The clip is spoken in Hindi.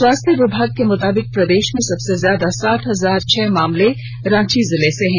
स्वास्थ्य विभाग के मुताबिक प्रदेश में सबसे ज्यादा सात हजार छह मामले रांची जिले से मिले हैं